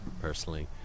personally